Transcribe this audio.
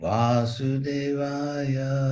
Vasudevaya